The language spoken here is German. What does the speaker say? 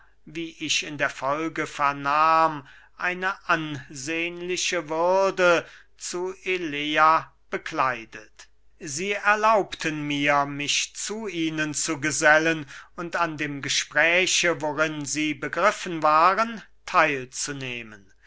folge vernahm eine ansehnliche würde zu elea bekleidet sie erlaubten mir mich zu ihnen zu gesellen und an dem gespräche worin sie begriffen waren